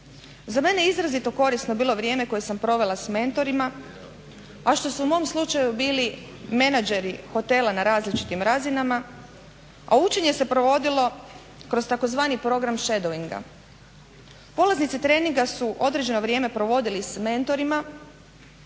Za mene je izrazito korisno bilo vrijeme koje sam provela s mentorima, a što su u mom slučaju bili menadžeri hotela na različitim razinama, a učenje se provodilo kroz tzv. program shadowinga. Polaznici treninga su određeno vrijeme provodili s mentorima